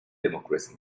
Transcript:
democracy